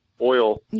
oil